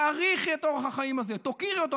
תעריכי את אורח החיים הזה, תוקירי אותו.